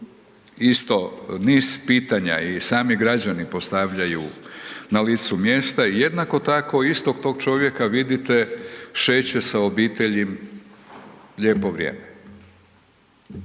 isto niz pitanja je i sami građani postavljaju na licu mjesta i jednako tako istog tog čovjeka vidite šeće sa obitelji lijepo vrijeme.